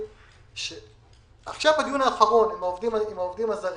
בדיון האחרון על העובדים הזרים,